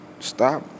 Stop